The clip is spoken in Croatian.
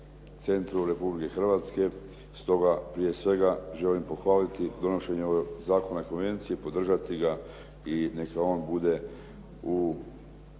centru Republike Hrvatske. Stoga prije svega želim pohvaliti donošenje ovog zakona konvencije, podržati ga i neka on bude u